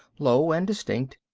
low and distinct,